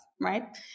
right